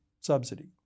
subsidy